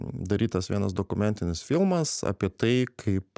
darytas vienas dokumentinis filmas apie tai kaip